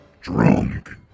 DRUNK